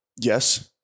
Yes